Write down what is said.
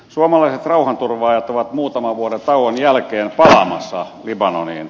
suomalaiset rauhanturvaajat ovat muutaman vuoden tauon jälkeen palaamassa libanoniin